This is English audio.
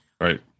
right